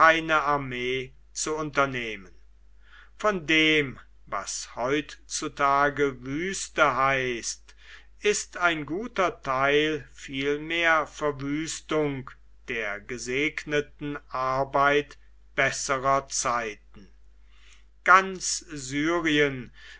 armee zu unternehmen von dem was heutzutage wüste heißt ist ein guter teil vielmehr verwüstung der gesegneten arbeit besserer zeiten ganz syrien